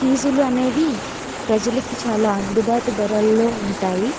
ఫీజులు అనేవి ప్రజలకి చాలా అందుబాటు ధరల్లో ఉంటాయి